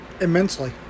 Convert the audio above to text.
Immensely